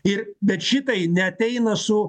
ir bet šitai neateina su